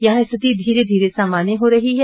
यहां स्थिति धीरे धीरे सामान्य हो रही है